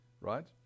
right